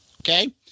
okay